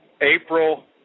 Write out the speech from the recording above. April